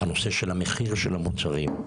מחיר המוצרים,